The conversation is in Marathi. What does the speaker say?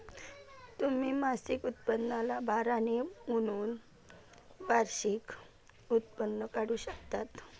तुम्ही मासिक उत्पन्नाला बारा ने गुणून वार्षिक उत्पन्न काढू शकता